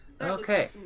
Okay